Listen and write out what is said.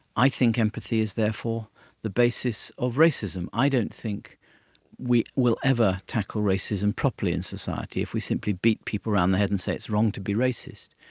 i think empathy is therefore the basis of racism. i don't think we will ever tackle racism properly in society if we simply beat people around the head and say it's wrong to be racist,